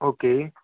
okay